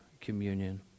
communion